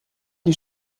die